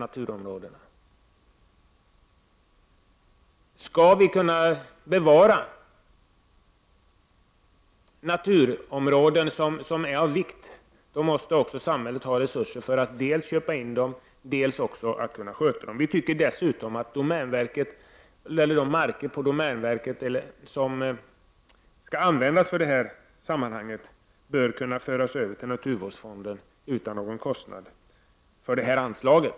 För att vi skall kunna bevara naturområden som är av vikt måste ju samhället ha resurser för att dels köpa in områden, dels sköta dessa. De marker som tillhör domänverket och som skall användas i detta sammanhang bör kunna föras över till naturvårdsfonden utan någon kostnad när det gäller det här anslaget.